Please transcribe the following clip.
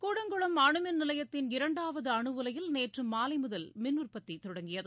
கூடன்குளம் அனுமின் நிலையத்தின் இரண்டாவது அனுஉலையில் நேற்று மாலை முதல் மின் உற்பத்தி தொடங்கியது